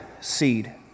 seed